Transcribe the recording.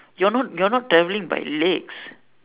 you're not you're not travelling by legs